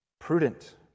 Prudent